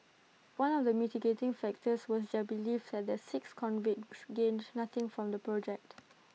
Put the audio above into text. one of the mitigating factors was their belief that the six convicts gained nothing from the project